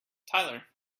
tyler